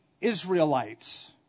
Israelites